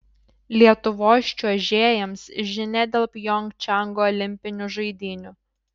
lietuvos čiuožėjams žinia dėl pjongčango olimpinių žaidynių